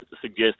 suggest